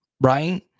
right